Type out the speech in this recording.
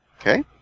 Okay